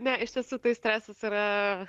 ne iš tiesų tai stresas yra